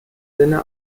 sinne